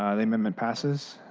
ah the moment passes.